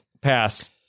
pass